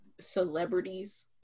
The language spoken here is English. celebrities